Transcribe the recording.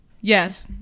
Yes